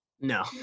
no